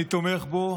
אני תומך בו.